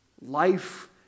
Life